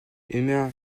humain